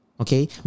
Okay